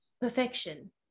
perfection